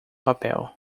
papel